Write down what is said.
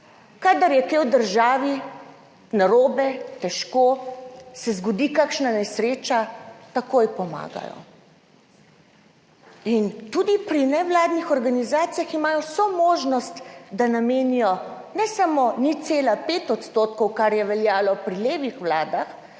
Kadar je kaj v državi narobe, težko, se zgodi kakšna nesreča, takoj pomagajo in tudi pri nevladnih organizacijah imajo vso možnost, da namenijo ne samo 0,5 %, kar je veljalo pri levih vladah,